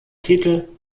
titel